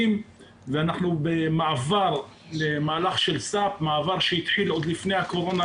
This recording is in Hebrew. ואנחנו במעבר למהלך של סאפ שהחל עוד לפני הקורונה,